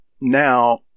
now